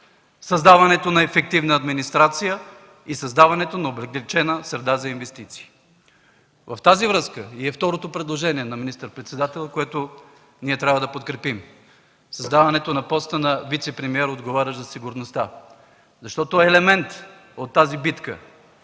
създаването на ефективна администрация и на облекчена среда за инвестиции. В тази връзка е и второто предложение на министър-председателя, което ние трябва да подкрепим – създаването на поста на вицепремиер, отговарящ за сигурността. Защото елемент от тази битка